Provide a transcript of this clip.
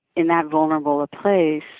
in that vulnerable of place,